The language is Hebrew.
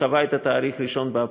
קבע את התאריך 1 באפריל.